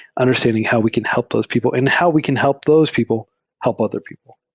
understanding how we can help those people and how we can help those people help other people.